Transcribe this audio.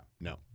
no